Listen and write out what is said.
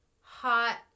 hot